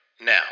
now